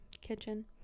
kitchen